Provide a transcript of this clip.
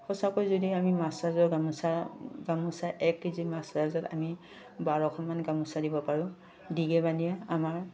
সঁচাকৈ যদি আমি মাছচাজৰ গামোচা গামোচা এক কেজি মাছচাজত আমি বাৰশমান গামোচা দিব পাৰোঁ দিগে বানিয়ে আমাৰ